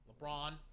LeBron